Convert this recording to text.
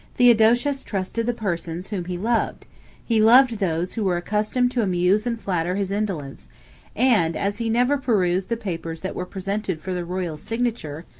theodosius trusted the persons whom he loved he loved those who were accustomed to amuse and flatter his indolence and as he never perused the papers that were presented for the royal signature,